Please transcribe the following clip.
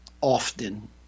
often